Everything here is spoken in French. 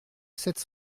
sept